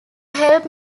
help